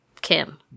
Kim